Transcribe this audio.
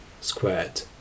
squared